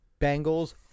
Bengals